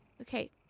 Okay